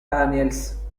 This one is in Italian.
daniels